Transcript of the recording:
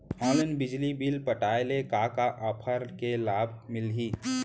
Online बिजली bill पटाय ले का का ऑफ़र के लाभ मिलही?